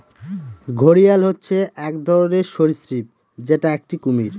ঘড়িয়াল হচ্ছে এক ধরনের সরীসৃপ যেটা একটি কুমির